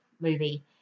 movie